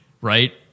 right